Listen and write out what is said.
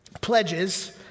pledges